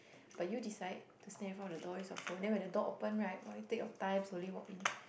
but you decide to stand in front of the door use your phone then when the door open right !wah! you take your time slowly walk in